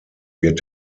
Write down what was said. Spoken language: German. wird